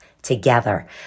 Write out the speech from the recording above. together